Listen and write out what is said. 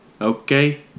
Okay